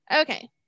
Okay